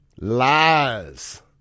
Lies